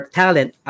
talent